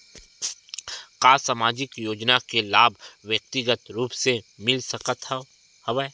का सामाजिक योजना के लाभ व्यक्तिगत रूप ले मिल सकत हवय?